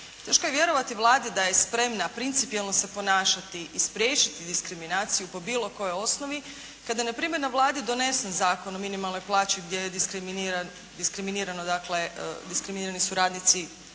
Teško je vjerovati Vladi da je spremna principijelno se ponašati i spriječiti diskriminaciju po bilo kojoj osnovi kada je npr. na Vladi donesen Zakon o minimalnoj plaći gdje diskriminirani su radnici